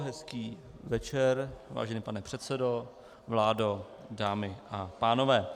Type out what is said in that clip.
Hezký večer, vážený pane předsedo, vládo, dámy a pánové.